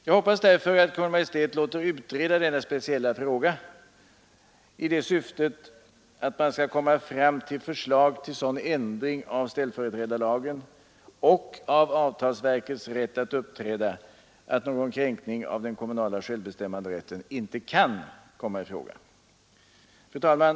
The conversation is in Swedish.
Jag hoppas därför att Kungl. Maj:t låter utreda denna speciella fråga i syfte att komma fram till sådan ändring av ställföreträdarlagen och av avtalsverkets rätt att agera att någon kränkning av den kommunala självbestäm manderätten inte kan komma i fråga. Fru talman!